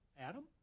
Adam